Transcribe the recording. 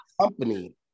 company